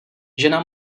žena